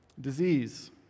Disease